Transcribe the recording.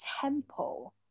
temple